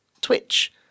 twitch